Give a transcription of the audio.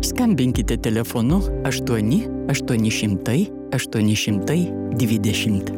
skambinkite telefonu aštuoni aštuoni šimtai aštuoni šimtai dvidešimt